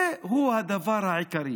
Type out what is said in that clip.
זהו הדבר העיקרי.